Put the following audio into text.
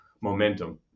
momentum